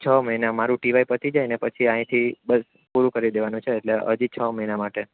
છ મહિના મારું ટી વાય પતી જાય ને પછી અહીંથી બસ પૂરું કરી દેવાનું છે એટલે હજી છ મહિના માટે